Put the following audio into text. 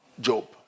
Job